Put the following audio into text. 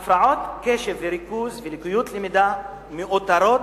הפרעות קשב וריכוז ולקויות למידה מאותרות